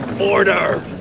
Order